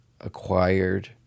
acquired